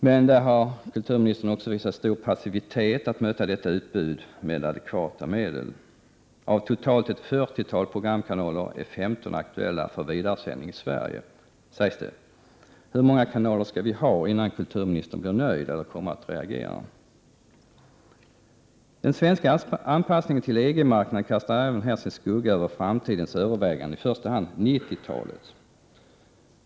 Men där har kulturministern också visat stor passivitet att möta detta utbud med adekvata medel. Av totalt ett fyrtiotal programkanaler är 15 aktuella för vidaresändning i Sverige, sägs det. Hur många kanaler skall vi ha, innan kulturministern blir nöjd eller kommer att reagera? Den svenska anpassningen till EG-marknaden kastar även här sin skugga över framtidens överväganden, i första hand över 90-talet.